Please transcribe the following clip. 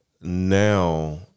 now